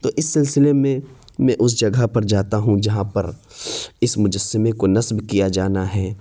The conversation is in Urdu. تو اس سلسلے میں میں اس جگہ پر جاتا ہوں جہاں پر اس مجسمے کو نصب کیا جانا ہے